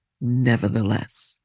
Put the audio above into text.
nevertheless